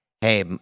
Hey